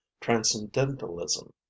transcendentalism